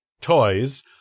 toys